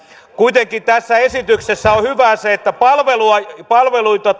kuitenkin tässä esityksessä on hyvää se että palveluita